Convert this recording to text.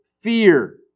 fear